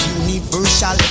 universal